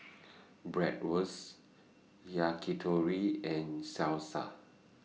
Bratwurst Yakitori and Salsa